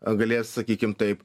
a galės sakykim taip